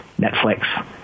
Netflix